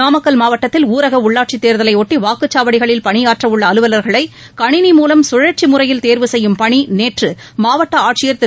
நாமக்கல் மாவட்டத்தில் ஊரக உள்ளாட்சித் தேர்தலை ஒட்டி வாக்குச் சாவடிகளில் பணியாற்றவுள்ள அலுவலர்களை கனிணி மூலம் சுழற்சி முறையில் தேர்வு செய்யும் பணி நேற்று மாவட்ட ஆட்சியர் திரு